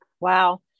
Wow